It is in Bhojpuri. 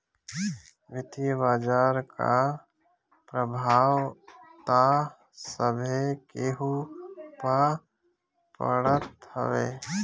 वित्तीय बाजार कअ प्रभाव तअ सभे केहू पअ पड़त हवे